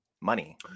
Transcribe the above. money